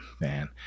man